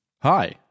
Hi